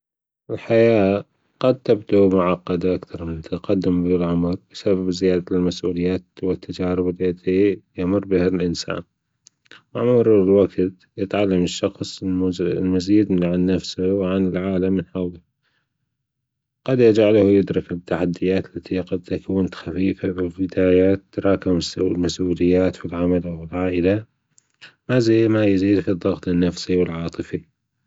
الححياة قد تبدو معقدة أكثر مع التقدم في العمر بسبب زيادة المسؤليات والتجارب التي يمر بها الإنسان مع مرور الوقت يتعلم الشخص الم- المزيد عن نفسه وعن العالم من حوله قد يجعله يدرك التحديات التي ق- قد تكون خفيفة في البدايات تراكم المسؤليات والعائلة هذا ما يزيد في الضغط النفسي والعاطفي.